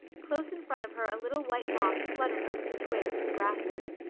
close in front of her a little white moth fluttered over the twigs and grasses.